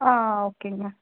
ஆ ஓகேங்க மேம்